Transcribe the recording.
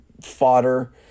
fodder